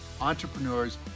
entrepreneurs